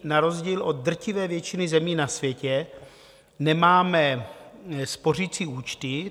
Na rozdíl od drtivé většiny zemí na světě nemáme spořicí účty.